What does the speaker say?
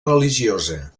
religiosa